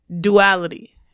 duality